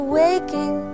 waking